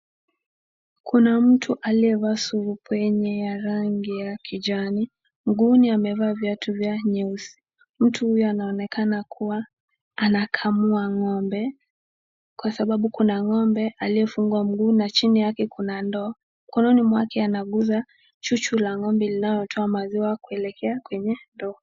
Kuna mtu aliyevaa surupwenye ya rangi ya kijani, mguuni amevaa viatu vya nyeusi. Mtu huyu anaonekana kuwa anakamua ng'ombe kwa sababu kuna ng'ombe aliyefungwa mguu na chini yake kuna ndoo. Mkononi mwake anaguza chuchu la ng'ombe linatoa maziwa kuelekea kwenye ndoo.